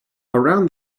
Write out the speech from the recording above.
around